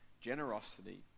generosity